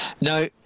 No